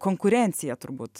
konkurencija bet turbūt